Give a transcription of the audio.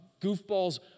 goofballs